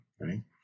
right